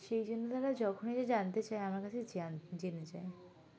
সেই জন্য তারা যখনই যে জানতে চায় আমার কাছে যা জেনে চায়